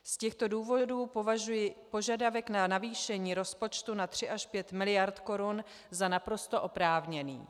Z těchto důvodů považuji požadavek na navýšení rozpočtu na 35 mld. Kč za naprosto oprávněný.